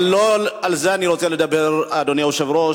אבל לא על זה אני רוצה לדבר, אדוני היושב-ראש.